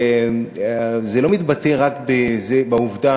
וזה לא מתבטא רק בעובדה